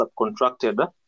subcontracted